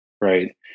right